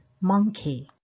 monkey